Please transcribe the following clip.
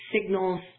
signals